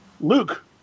Luke